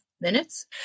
minutes